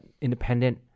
independent